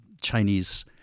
Chinese